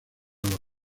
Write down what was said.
los